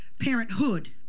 parenthood